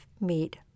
meat